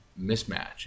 mismatch